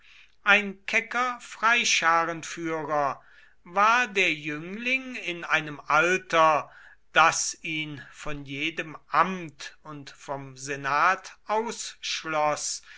ein kecker freischarenführer war der jüngling in einem alter das ihn von jedem amt und vom senat ausschloß